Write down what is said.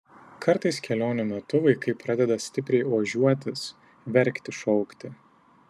kartais kelionių metu vaikai pradeda stipriai ožiuotis verkti šaukti